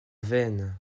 veynes